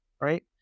right